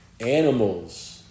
animals